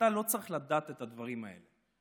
אתה לא צריך לדעת את הדברים האלה.